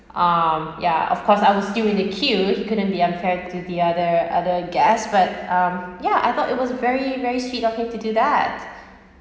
um ya of course I were still in the queue he couldn't be unfair to the other other guests but um yeah I thought it was very very sweet of him to do that